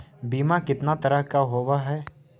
बीमा कितना तरह के होव हइ?